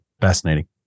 fascinating